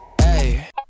Hey